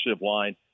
line